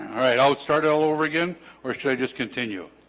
alright i'll start all over again or should i just continue